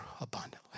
abundantly